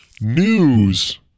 News